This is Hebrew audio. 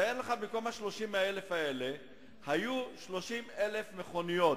תאר לך שבמקום ה-30,000 האלה היו 30,000 מכוניות.